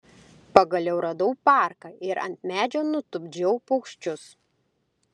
pagaliau radau parką ir ant medžio nutupdžiau paukščius